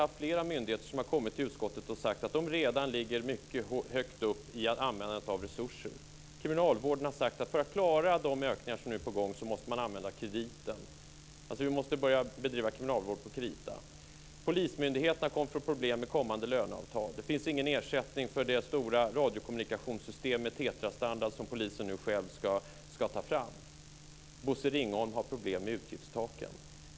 Flera myndigheter har kommit till utskottet och sagt att de redan har använt en mycket stor del av sina resurser. Kriminalvården har sagt att man måste använda krediten för att klara de ökningar som nu är på gång. Vi måste alltså börja bedriva kriminalvård på krita. Polismyndigheterna kommer att få problem med kommande löneavtal. Det finns ingen ersättning för det stora radiokommunikationssystem med TETRA-standard som polisen nu själv ska ta fram. Bosse Ringholm har problem med utgiftstaken.